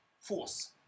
force